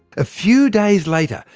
a few days later,